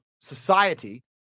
society